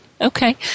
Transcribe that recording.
okay